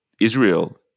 Israel